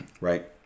right